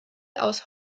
aus